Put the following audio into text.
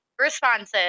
responses